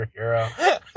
superhero